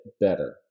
better